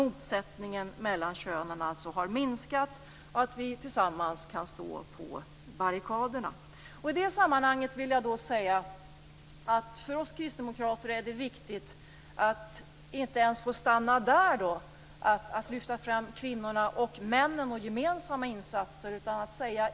Motsättningen mellan könen har alltså minskat och vi kan nu tillsammans stå på barrikaderna. I det sammanhanget vill jag säga att det för oss kristdemokrater är viktigt att man inte ens stannar med att lyfta fram kvinnor och män och gemensamma insatser.